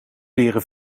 leren